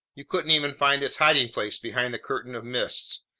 you couldn't even find its hiding place behind the curtain of mist.